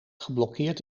geblokkeerd